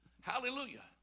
Hallelujah